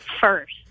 first